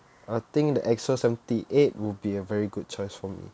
I think the X_O seventy eight will be a very good choice for me